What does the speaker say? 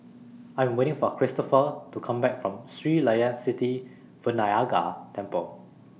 I Am waiting For Christopher to Come Back from Sri Layan Sithi Vinayagar Temple